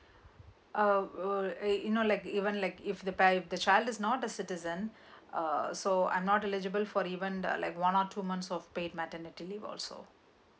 oh oh you know like even like if the pi~ the child is not a citizen uh so I'm not eligible for even the like one or two months of paid maternity leave also